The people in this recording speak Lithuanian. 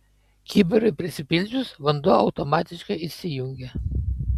kibirui prisipildžius vanduo automatiškai išsijungia